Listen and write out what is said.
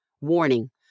warning